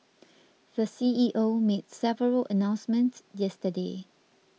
the C E O made several announcements yesterday